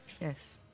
Yes